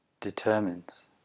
determines